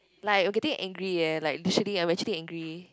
like I'm getting angry eh like literally I'm actually angry